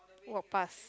walk past